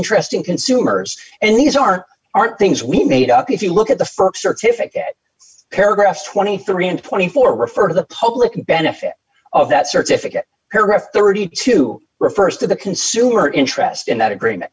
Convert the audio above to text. interesting consumers and these are aren't things we made up if you look at the st certificate paragraphs twenty three and twenty four refer to the public benefit of that certificate her thirty two refers to the consumer interest in that agree